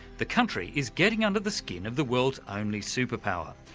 the country is getting under the skin of the world's only superpower,